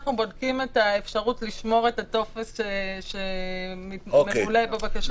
אנחנו בודקים את האפשרות לשמור את הטופס שממולא בבקשה.